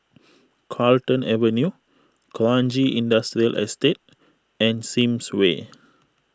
Carlton Avenue Kranji Industrial Estate and Sims Way